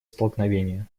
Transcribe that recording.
столкновения